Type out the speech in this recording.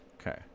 Okay